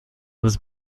was